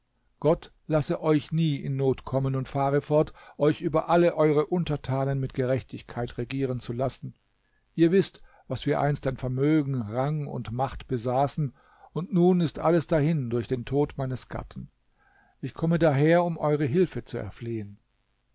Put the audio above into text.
gott lasse euch nie in not kommen und fahre fort euch über alle eure untertanen mit gerechtigkeit regieren zu lassen ihr wißt was wir einst an vermögen rang und macht besaßen und nun ist alles dahin durch den tod meines gatten ich komme daher um eure hilfe zu